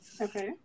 Okay